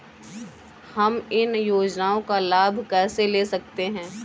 हम इन योजनाओं का लाभ कैसे ले सकते हैं?